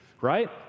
right